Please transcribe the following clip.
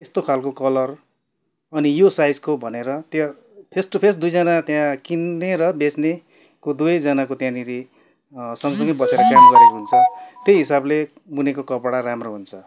यस्तो खालको कलर अनि यो साइजको भनेर त्यहाँ फेस टू फेस दुईजना त्यहाँ किन्ने र बेच्नेको दुवैजनाको त्यहाँनिर सगँसँगै बसेर काम गरेको हुन्छ त्यही हिसाबले बुनेको कपडा राम्रो हुन्छ